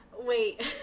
wait